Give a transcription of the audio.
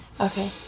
Okay